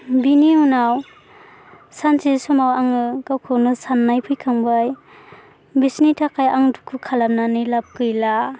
बेनि उनाव सानसे समाव आङो गावखौनो साननाय फैखांबाय बिसोरनि थाखाय आं दुखु खालामनानै लाब गैला